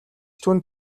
түүнд